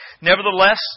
Nevertheless